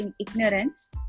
ignorance